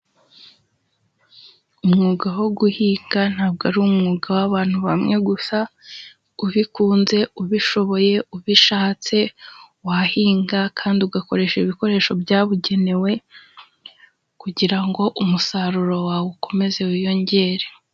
Umwuga wo guhinga ntabwo ari umwuga w'abantu bamwe gusa, ubikunze ubishoboye, ubishatse, wahinga kandi ugakoresha ibikoresho byabugenewe, kugira ngo umusaruro wawe ukomeze wiyongere.